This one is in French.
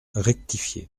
rectifié